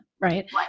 right